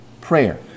prayer